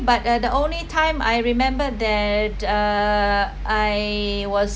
but uh the only time I remember that uh I was